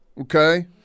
okay